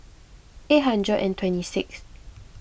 eight hundred and twenty sixth